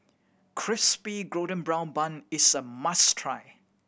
Crispy Golden Brown Bun is a must try